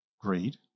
greed